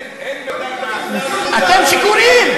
אתם שיכורים.